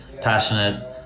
passionate